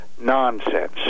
nonsense